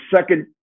second